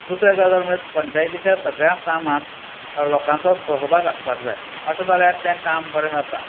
दुसरें गजाल म्हणजे पंचायतीच्या सगळ्या कामाक लोकांचो सहभाग आसपाक जाय अशें जाल्यार तें काम बरें जाता